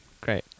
great